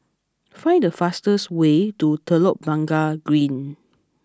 find the fastest way to Telok Blangah Green